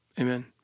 Amen